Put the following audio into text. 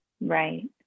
right